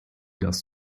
das